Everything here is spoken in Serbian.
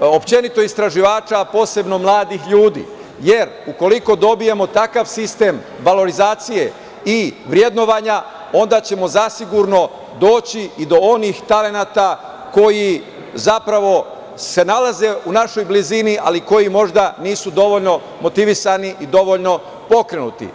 opšte istraživanja, a posebno mladih ljudi, jer, ukoliko dobijemo takav sistem valorizacije i vrednovanja, onda ćemo zasigurno doći i do onih talenata koji zapravo se nalaze u našoj blizini, ali koji možda nisu dovoljno motivisani i dovoljno pokrenuti.